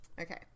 Okay